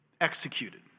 executed